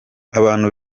abantu